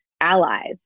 allies